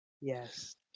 Yes